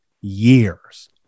years